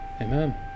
Amen